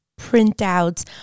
printouts